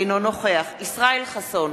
אינו נוכח ישראל חסון,